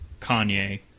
Kanye